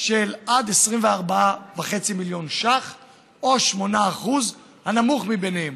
של עד 24.5 מיליון שקלים או 8% הנמוך מביניהם.